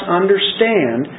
understand